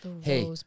hey